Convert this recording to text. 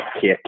kick